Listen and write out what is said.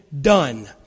done